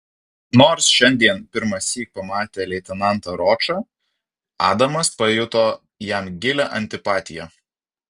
nors šiandien pirmąsyk pamatė leitenantą ročą adamas pajuto jam gilią antipatiją